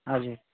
हजुर